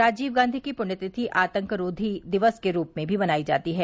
राजीव गांधी की पुण्यतिथि आतंक रोधी दिवस के रूप में भी मनाई जाती है